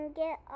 get